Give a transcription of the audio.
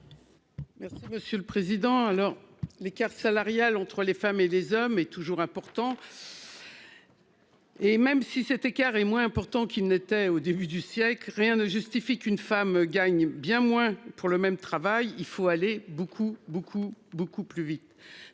Merci monsieur le président. Alors l'écart salarial entre les femmes et les hommes est toujours important. Et même si cet écart est moins important qu'il n'était au début du siècle. Rien ne justifie qu'une femme gagne bien moins pour le même travail. Il faut aller beaucoup,